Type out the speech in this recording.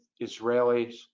israelis